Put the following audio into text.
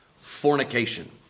Fornication